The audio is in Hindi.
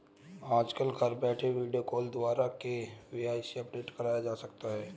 आजकल घर बैठे वीडियो कॉल द्वारा भी के.वाई.सी अपडेट करवाया जा सकता है